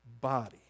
body